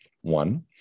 One